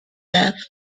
death